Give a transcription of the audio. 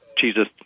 Jesus